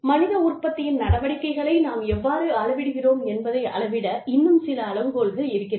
மனித உற்பத்தியின் நடவடிக்கைகளை நாம் எவ்வாறு அளவிடுகிறோம் என்பதை அளவிட இன்னும் சில அளவுகோல்கள் இருக்கிறது